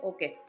Okay